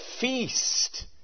feast